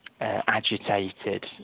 agitated